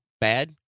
bad